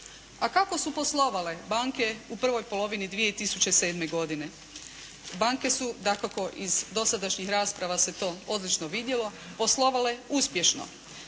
A kako su poslovale banke u prvoj polovini 2007. godine? Banke su dakako iz dosadašnjih rasprava se to odlično vidjelo poslovale uspješno.